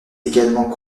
également